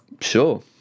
Sure